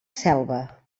selva